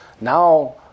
Now